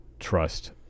trust